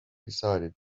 decided